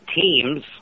teams